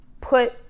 put